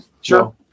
Sure